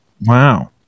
Wow